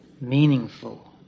meaningful